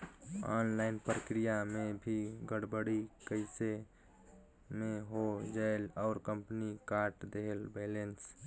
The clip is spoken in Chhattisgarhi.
ऑनलाइन प्रक्रिया मे भी गड़बड़ी कइसे मे हो जायेल और कंपनी काट देहेल बैलेंस?